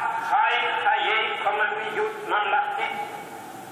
בה חי חיי קוממיות ממלכתית,